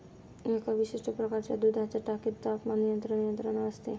एका विशिष्ट प्रकारच्या दुधाच्या टाकीत तापमान नियंत्रण यंत्रणा असते